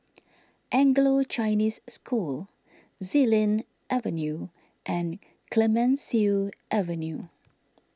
Anglo Chinese School Xilin Avenue and Clemenceau Avenue